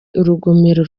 urugomero